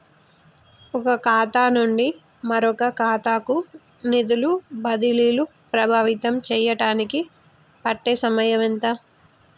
ఒక ఖాతా నుండి మరొక ఖాతా కు నిధులు బదిలీలు ప్రభావితం చేయటానికి పట్టే సమయం ఎంత?